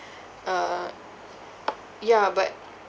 uh ya but